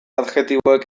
adjektiboek